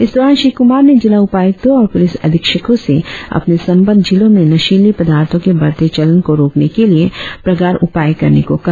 इस दौरान श्री कुमार ने जिला उपायुक्तों और पुलिस अधीक्षको से अपने संबद्ध जिलों में नशीली पदार्थों के बढ़ते चलन को रोकने के लिए प्रगाढ़ उपाय करने को कहा